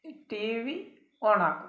T V ഓണാക്കും